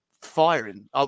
firing